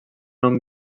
nom